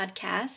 Podcast